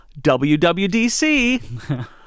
WWDC